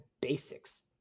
basics